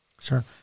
Sure